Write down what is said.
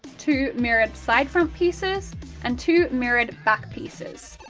two mirrored side-front pieces and two mirrored back pieces.